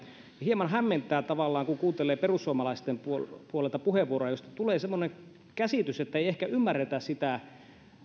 hieman hämmentää tavallaan kun kuuntelee perussuomalaisten puolelta puheenvuoroja joista tulee semmoinen käsitys että ei ehkä ymmärretä sitä